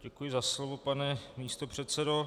Děkuji za slovo, pane místopředsedo.